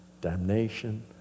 damnation